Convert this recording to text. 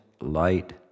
light